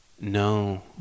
No